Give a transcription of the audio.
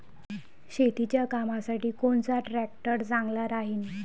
शेतीच्या कामासाठी कोनचा ट्रॅक्टर चांगला राहीन?